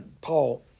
Paul